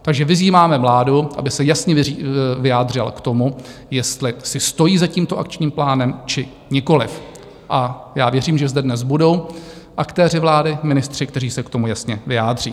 Takže vyzýváme vládu, aby se jasně vyjádřila k tomu, jestli si stojí za tímto Akčním plánem, či nikoliv, a já věřím, že zde dnes budou aktéři vlády, ministři, kteří se k tomu jasně vyjádří.